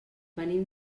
venim